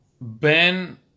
Ben